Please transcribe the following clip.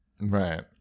Right